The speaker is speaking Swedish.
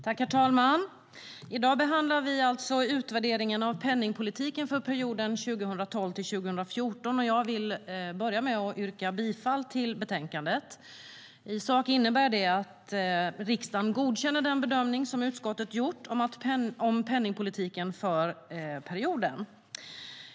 Herr talman! I dag behandlar vi utvärderingen av penningpolitiken för perioden 2012-2014, och jag vill börja med att yrka bifall till utskottets förslag i betänkandet. I sak innebär det att riksdagen godkänner den bedömning som utskottet gjort om penningpolitiken för perioden.